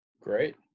Great